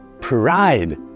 pride